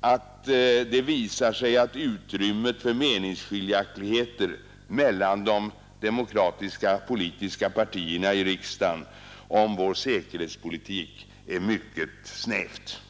att det visar sig att utrymmet för meningsskiljaktigheter mellan de demokratiska politiska partierna i riksdagen om vår säkerhetspolitik är mycket snävt.